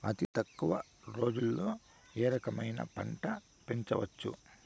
అతి తక్కువ రోజుల్లో ఏ రకమైన పంట పెంచవచ్చు?